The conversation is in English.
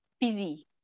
busy